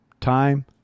time